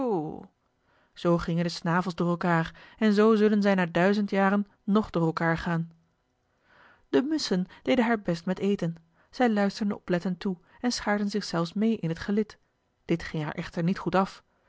zoo gingen de snavels door elkaar en zoo zullen zij na duizend jaren nog door elkaar gaan de musschen deden haar best met eten zij luisterden oplettend toe en schaarden zich zelfs mee in het gelid dit ging haar echter niet goed af